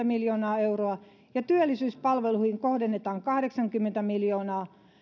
miljoonaa euroa ja työllisyyspalveluihin kohdennetaan kahdeksankymmentä miljoonaa